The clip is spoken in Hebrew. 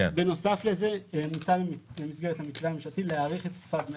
בנוסף לזה מוצע במסגרת המתווה הממשלה להאריך את תקופת דמי